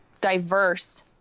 diverse